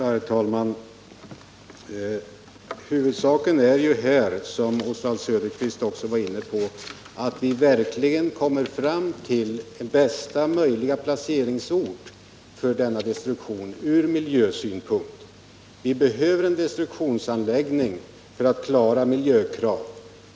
Herr talman! Huvudsaken är ju här, som Oswald Söderqvist också var inne på, att vi verkligen kommer fram till bästa möjliga placeringsort för denna destruktion ur miljösynpunkt. Vi behöver en destruktionsanläggning för att klara miljökrav.